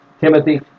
Timothy